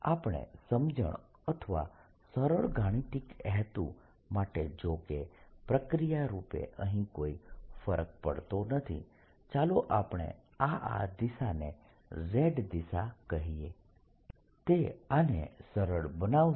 આપણે સમજણ અથવા સરળ ગાણિતીક હેતુ માટે જો કે પ્રક્રિયા રૂપે અહીં કોઈ ફરક પડતો નથી ચાલો આપણે આ આ દિશાને z દિશા કહીએ તે આને સરળ બનાવશે